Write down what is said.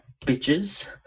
bitches